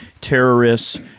terrorists